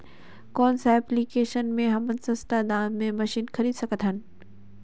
कौन सा एप्लिकेशन मे हमन सस्ता दाम मे मशीन खरीद सकत हन?